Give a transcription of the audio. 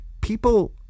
people